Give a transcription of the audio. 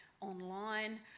online